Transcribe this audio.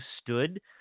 stood